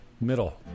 Middle